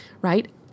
right